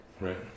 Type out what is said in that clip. Right